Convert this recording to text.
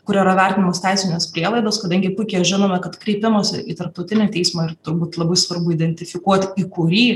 kur yra vertinamos teisinės prielaidos kadangi puikiai žinome kad kreipimosi į tarptautinį teismą ir turbūt labai svarbu identifikuot į kurį